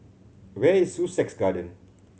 where is Sussex Garden